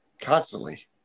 Constantly